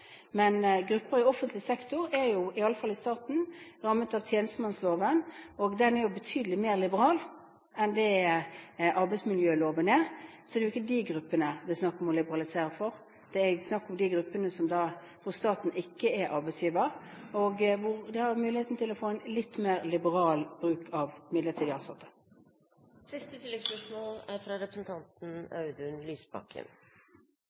Men grupper i offentlig sektor, iallfall i staten, er jo rammet av tjenestemannsloven, og den er jo betydelig mer liberal enn det arbeidsmiljøloven er. Så det er ikke de gruppene det er snakk om å liberalisere for; det er snakk om de gruppene der staten ikke er arbeidsgiver, og hvor de har muligheten til å ha en litt mer liberal bruk av midlertidig